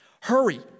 Hurry